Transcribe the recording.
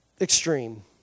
extreme